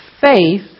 faith